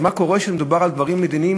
אז מה קורה כשמדובר על דברים מדיניים,